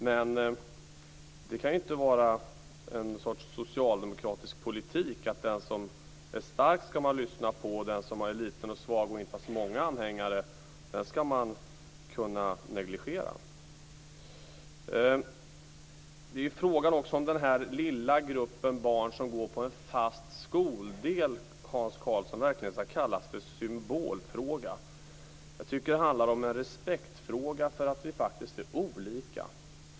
Men det kan ju inte vara socialdemokratisk politik att den som är stark ska man lyssna på och den som är liten och svag och inte har så många anhängare ska man kunna negligera. Det är också frågan om den här lilla gruppen barn som går på en fast skoldel, Hans Karlsson, om den verkligen ska kallas för symbolfråga. Jag tycker att det handlar om en respektfråga, respekt för att vi faktiskt är olika.